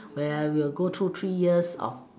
where we'll go through three years of